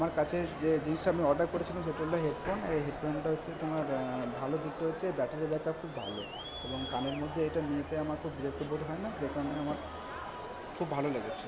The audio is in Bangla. আমার কাছে যে জিনিসটা আমি অর্ডার করেছিলাম সেটা হল হেডফোন এই হেডফোনটা হচ্ছে তোমার ভালো দিকটা হচ্ছে এর ব্যাটারি ব্যাক আপ খুব ভালো এবং কানের মধ্যে এটা নিতে আমার খুব বিরক্তবোধ হয় না যে কারণে আমার খুব ভালো লেগেছে